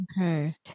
Okay